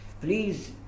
please